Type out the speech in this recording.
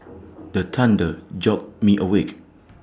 the thunder jolt me awake